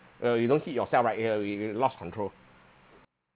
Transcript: uh you don't hit yourself right uh if you lost control